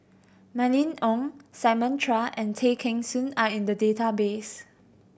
Mylene Ong Simon Chua and Tay Kheng Soon are in the database